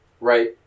Right